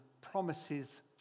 promises